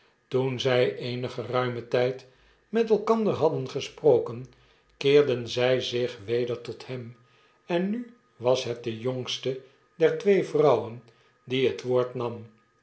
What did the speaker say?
toen zijeenengeruimen tijd met elkander hadden gesproken keerden zij zich weder tot hem en nu was het de jongste der twee vrouwen die het woord nam